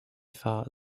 thought